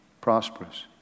prosperous